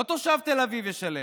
לא תושב תל אביב ישלם,